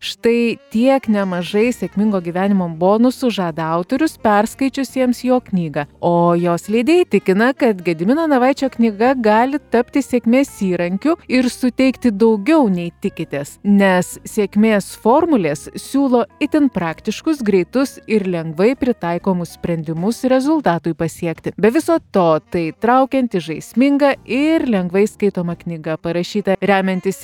štai tiek nemažai sėkmingo gyvenimo bonusų žada autorius perskaičiusiems jo knygą o jos leidėjai tikina kad gedimino navaičio knyga gali tapti sėkmės įrankiu ir suteikti daugiau nei tikitės nes sėkmės formulės siūlo itin praktiškus greitus ir lengvai pritaikomus sprendimus rezultatui pasiekti be viso to tai traukianti žaisminga ir lengvai skaitoma knyga parašyta remiantis